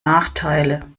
nachteile